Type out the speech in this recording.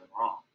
wrong